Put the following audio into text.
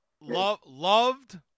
Loved –